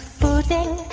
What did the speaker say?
voting?